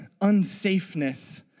unsafeness